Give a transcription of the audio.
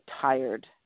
tired